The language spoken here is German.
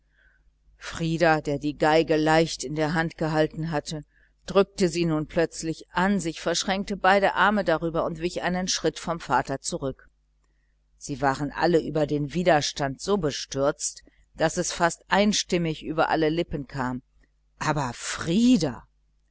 frieder der die violine leicht in der hand gehalten hatte drückte sie nun plötzlich an sich verschränkte beide arme darüber und wich einen schritt vom vater zurück sie waren alle über diesen widerstand so bestürzt daß es fast einstimmig über aller lippen kam aber frieder